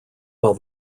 while